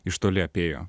iš toli apėjo